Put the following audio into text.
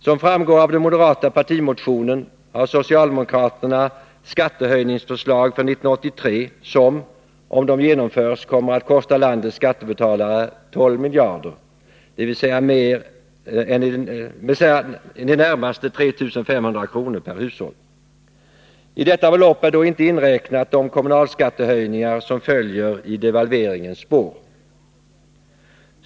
Som framgår av den moderata partimotionen har socialdemokraterna skattehöjningsförslag för 1983 som, om de genomförs, kommer att kosta landets skattebetalare 12 miljarder, dvs. i det närmaste 3 500 kr. per hushåll. I detta belopp är då inte inräknat de kommunalskattehöjningar som följer i devalveringens spår.